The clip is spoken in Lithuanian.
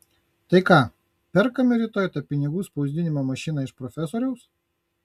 tai ką perkame rytoj tą pinigų spausdinimo mašiną iš profesoriaus